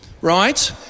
right